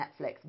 Netflix